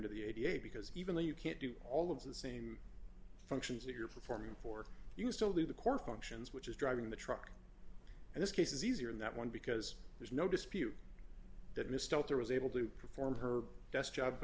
under the age because even though you can't do all of the same functions that you're performing for you still do the core functions which is driving the truck and this case is easier in that one because there's no dispute that missed out there was able to perform her desk job